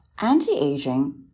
anti-aging